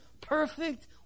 perfect